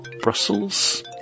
Brussels